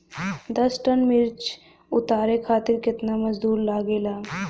दस टन मिर्च उतारे खातीर केतना मजदुर लागेला?